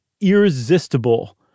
irresistible